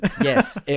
Yes